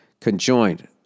conjoined